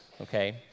okay